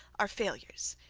are failures.